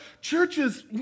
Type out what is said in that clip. Churches